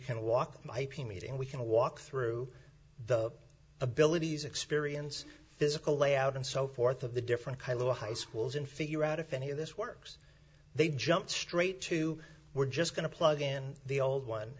can walk my ip meeting we can walk through the abilities experience physical layout and so forth of the different kind of a high schools and figure out if any of this works they'd jump straight to we're just going to plug in the old one